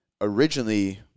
originally